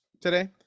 today